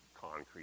concrete